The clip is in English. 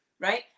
Right